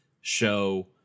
show